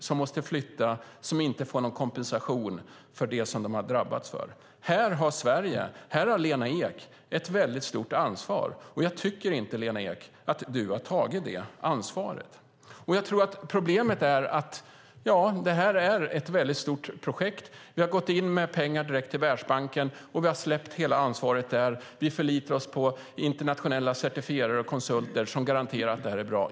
De måste flytta och de får ingen kompensation för det som de har drabbats av. Här har Sverige och Lena Ek ett stort ansvar. Jag tycker inte att du har tagit det ansvaret, Lena Ek. Jag tror att problemet är att det här är ett stort projekt. Vi har gått in med pengar direkt till Världsbanken och släppt hela ansvaret till den. Vi förlitar oss på internationella certifierare och konsulter som garanterar att det här är bra.